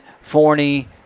Forney